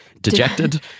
Dejected